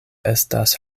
estas